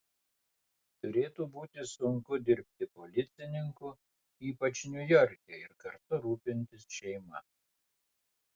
turėtų būti sunku dirbti policininku ypač niujorke ir kartu rūpintis šeima